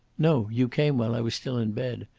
no. you came while i was still in bed.